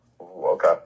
Okay